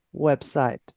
website